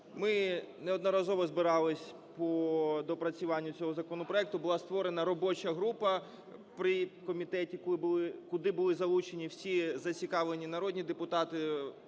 Ми неодноразово збиралися по доопрацюванню цього законопроекту, була створена робоча група при комітеті, куди були залучені всі зацікавлені народні депутати,